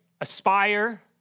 aspire